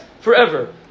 forever